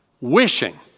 Wishing